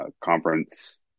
conference